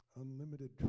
unlimited